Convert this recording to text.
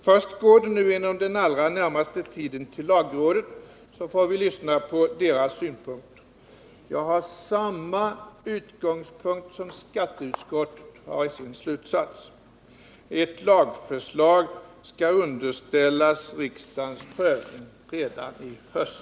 Först går förslaget nu inom den allra närmaste tiden till lagrådet, och vi får höra dess synpunkter. Jag har samma utgångspunkt som framgår av skatteutskottets slutsats: ett lagförslag skall underställas riksdagens prövning redan i höst.